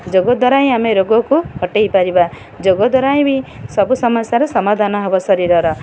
ଯୋଗ ଦ୍ୱାରା ହିଁ ଆମେ ରୋଗକୁ ହଟାଇ ପାରିବା ଯୋଗ ଦ୍ୱାରା ବି ସବୁ ସମସ୍ୟାର ସମାଧାନ ହେବ ଶରୀରର